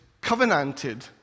covenanted